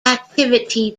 activity